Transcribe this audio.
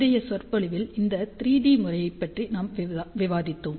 முந்தைய சொற்பொழிவில் இந்த 3 டி முறையைப் பற்றி நான் விவாதித்தோம்